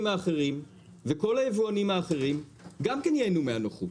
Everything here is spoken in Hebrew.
האחרים וכל היבואנים האחרים גם ייהנו מהנוחות.